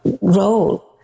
role